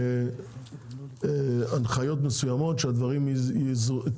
הנחיות מסוימות שהדברים יזורזו.